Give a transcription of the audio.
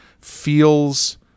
feels –